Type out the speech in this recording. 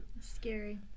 scary